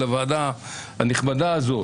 לוועדה הנכבדה הזאת